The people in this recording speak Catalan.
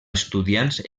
estudiants